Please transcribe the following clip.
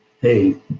hey